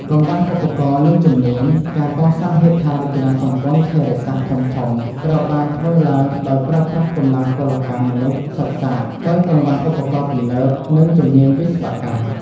កង្វះឧបករណ៍ និងជំនាញ ការកសាងហេដ្ឋារចនាសម្ព័ន្ធធារាសាស្ត្រធំៗ ត្រូវបានធ្វើឡើងដោយប្រើប្រាស់កម្លាំងពលកម្មមនុស្សសុទ្ធសាធ ដោយកង្វះឧបករណ៍ទំនើប និងជំនាញវិស្វកម្ម។